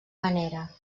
manera